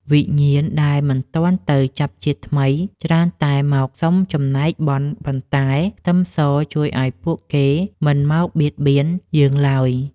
វិញ្ញាណដែលមិនទាន់ទៅចាប់ជាតិថ្មីច្រើនតែមកសុំចំណែកបុណ្យប៉ុន្តែខ្ទឹមសជួយឱ្យពួកគេមិនមកបៀតបៀនយើងឡើយ។